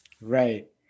Right